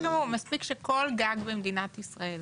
מספיק שעל כל גג במדינת ישראל